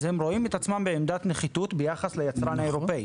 אז הם רואים את עצמם בעמדת נחיתות ביחס ליצרן האירופי.